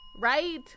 Right